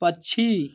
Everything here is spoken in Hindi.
पक्षी